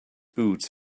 boots